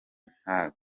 nta